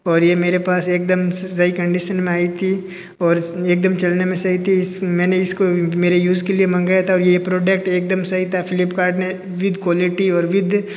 और ये मेरे पास एक दम से सही कंडीसन में आई थी और एक दम चलने में सही थी इस मैंने इस को मेरे यूज़ के लिए मंगाया था और ये प्रोडक्ट एक दम सही था फ़्लिपकर्ड ने विद क्वालिटी और विद